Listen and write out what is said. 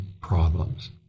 problems